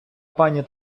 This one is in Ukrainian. пані